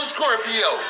Scorpio